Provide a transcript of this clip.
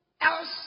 else